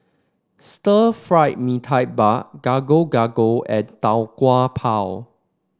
Stir Fried Mee Tai Mak Gado Gado and Tau Kwa Pau